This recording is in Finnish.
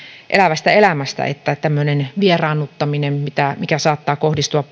elävästä elämästä että tämmöisen vieraannuttamisen lisäksi mikä saattaa kohdistua